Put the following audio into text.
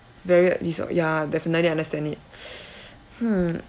very uh dis~ uh yeah definitely understand it hmm